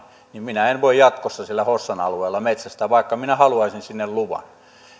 niin minä en voisi jatkossa siellä hossan alueella metsästää vaikka minä haluaisin sinne luvan